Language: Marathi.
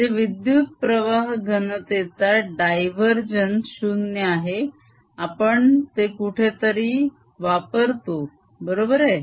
म्हणजे विद्युत प्रवाह घनतेचा डायवरजेन्स 0 आहे आपण ते कुठेतरी वापरतो बरोबर आहे